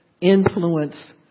influence